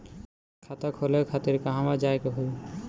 खाता खोले खातिर कहवा जाए के होइ?